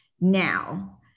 now